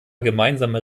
gemeinsame